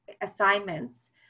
assignments